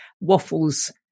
waffles